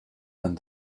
and